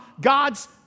God's